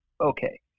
okay